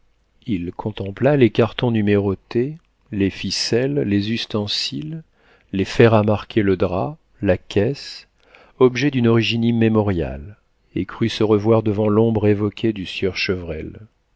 il contempla les cartons numérotés les ficelles les ustensiles les fers à marquer le drap la caisse objets d'une origine immémoriale et crut se revoir devant l'ombre évoquée du sieur chevrel